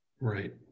Right